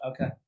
okay